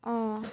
অঁ